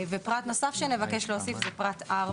פרט נוסף שנבקש להוסיף הוא פרט 4: